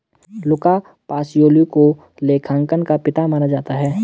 लुका Pacioli को लेखांकन का पिता माना जाता है